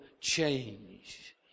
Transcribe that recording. change